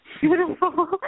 Beautiful